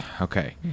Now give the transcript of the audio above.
okay